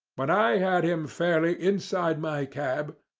when i had him fairly inside my cab,